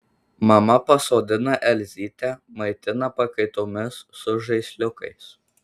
mama pasodina elzytę maitina pakaitomis su žaisliukais